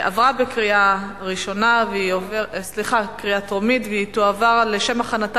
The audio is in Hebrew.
עברה בקריאה טרומית והיא תועבר לשם הכנתה